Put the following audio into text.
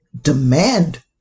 demand